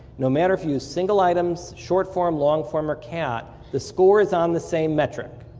no matter if you use single items, short form, long form or cat, the score is on the same metric.